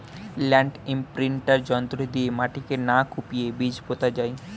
land imprinter যন্ত্র দিয়ে মাটিকে না কুপিয়ে বীজ পোতা যায়